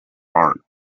art